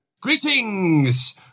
Greetings